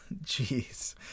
Jeez